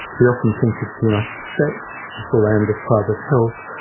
we often think of the united states as the land of private health,